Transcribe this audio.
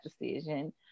decision